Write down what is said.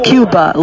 Cuba